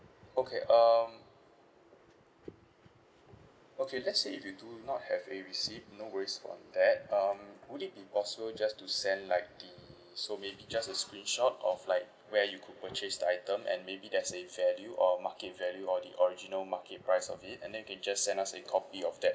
okay um okay let's say if you do not have a receipt no worries about that um would it be possible just to send like the so maybe just a screenshot of like where you could purchase the item and maybe there's a value or market value or the original market price of it and then you can just send us a copy of that